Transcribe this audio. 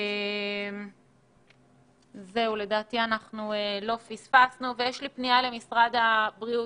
אני רוצה לפנות למשרד הבריאות.